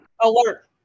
Alert